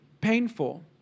painful